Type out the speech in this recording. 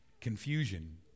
confusion